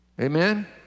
Amen